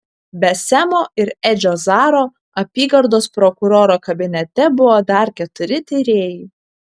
be semo ir edžio zaro apygardos prokuroro kabinete buvo dar keturi tyrėjai